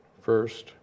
first